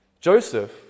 Joseph